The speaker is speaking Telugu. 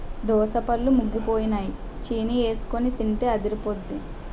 దోసపళ్ళు ముగ్గిపోయినై చీనీఎసికొని తింటే అదిరిపొద్దే